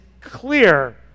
clear